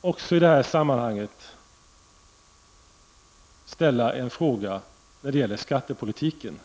också i det här sammanhanget ställa en fråga om skattepolitiken?